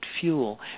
fuel